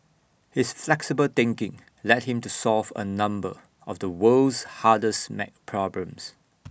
his flexible thinking led him to solve A number of the world's hardest math problems